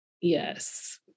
yes